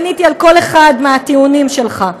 עניתי על כל אחד מהטיעונים שלך.